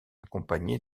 accompagné